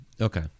Okay